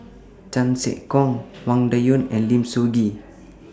Chan Sek Keong Wang Dayuan and Lim Soo Ngee